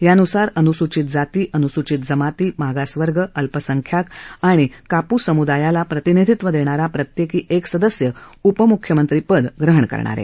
यानुसार अनुसूचित जाती अनुसूचित जमाती मागासवर्ग अल्पसंख्याक आणि कापू समुदायाला प्रतिनिधीत्व देणारा प्रत्येकी क सदस्य उपमुख्यमंत्रीपद ग्रहण करणार आहे